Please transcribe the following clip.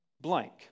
blank